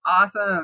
Awesome